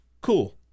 Cool